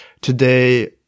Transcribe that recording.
today